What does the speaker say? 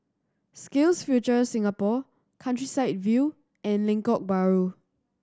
Skills Future Singapore Countryside View and Lengkok Bahru